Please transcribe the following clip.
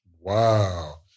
Wow